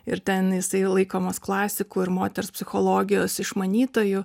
ir ten jisai tai laikomas klasiku ir moters psichologijos išmanytoju